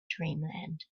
dreamland